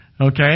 Okay